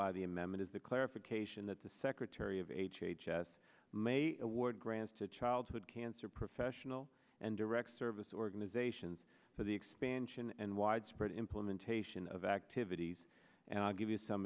by the amendment is clarification that the secretary of h h s may award grants to childhood cancer professional and direct service organizations for the expansion and widespread implementation of activities and i'll give you some